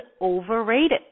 overrated